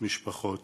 משפחות